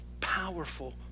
Powerful